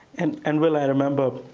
and and will, i remember,